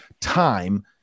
time